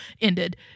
ended